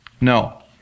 No